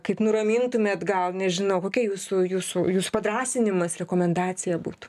kaip nuramintumėt gal nežinau kokia jūsų jūsų jūsų padrąsinimas rekomendacija būtų